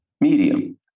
medium